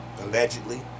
allegedly